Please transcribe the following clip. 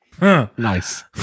Nice